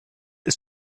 ist